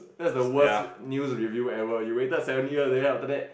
that's the worst news reveal ever you waited seventy years then after that